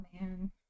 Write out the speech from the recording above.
man